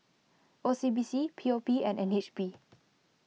O C B C P O P and N H B